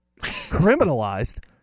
Criminalized